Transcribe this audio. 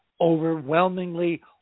overwhelmingly